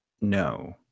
no